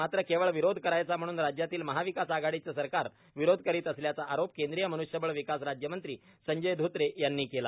मात्र केवळ विरोध करायचा म्हणून राज्यातील महाविकास आघाडीचे सरकार विरोध करीत असल्याचा आरोप केंद्रीय मन्ष्यबळ विकास राज्यमंत्री संजय धोत्रे यांनी केला